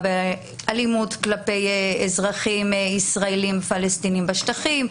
בנושא אלימות כלפי אזרחים ישראלים ופלסטינים בשטחים,